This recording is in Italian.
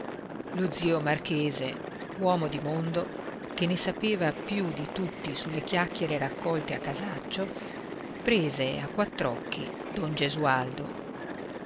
lo zio marchese uomo di mondo che ne sapeva più di tutti sulle chiacchiere raccolte a casaccio prese a quattr'occhi don gesualdo